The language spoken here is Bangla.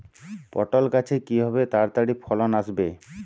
পটল গাছে কিভাবে তাড়াতাড়ি ফলন আসবে?